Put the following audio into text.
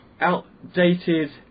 outdated